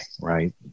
right